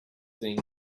thing